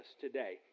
today